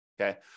okay